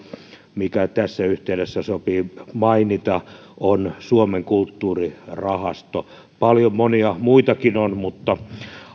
mikä tässä yhteydessä sopii mainita on suomen kulttuurirahasto paljon monia muitakin on mutta